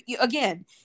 Again